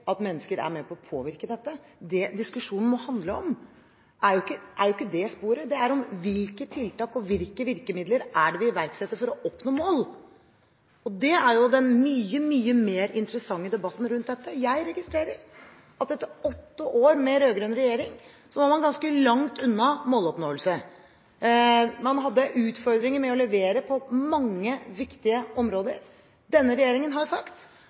at mennesker er med på å påvirke dette. Det diskusjonen må handle om, er jo ikke det sporet. Det er om hvilke tiltak og hvilke virkemidler vi skal iverksette for å oppnå mål. Det er jo den mye mer interessante debatten rundt dette. Jeg registrerer at etter åtte år med rød-grønn regjering var man ganske langt unna måloppnåelse. Man hadde utfordringer med å levere på mange viktige områder. Denne regjeringen har sagt